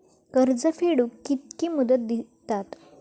कर्ज फेडूक कित्की मुदत दितात?